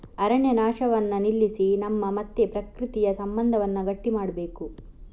ಅರಣ್ಯ ನಾಶವನ್ನ ನಿಲ್ಲಿಸಿ ನಮ್ಮ ಮತ್ತೆ ಪ್ರಕೃತಿಯ ಸಂಬಂಧವನ್ನ ಗಟ್ಟಿ ಮಾಡ್ಬೇಕು